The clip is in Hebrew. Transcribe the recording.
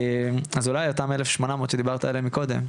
אז אולי אותם אלף שמונה מאות שדיברת עליהם קודם,